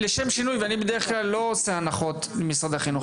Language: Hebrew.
ואני בדרך כלל לא עושה הנחות למשרד החינוך,